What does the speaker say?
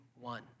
one